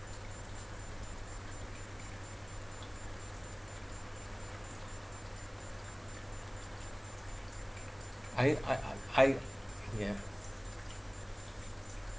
I I I I ya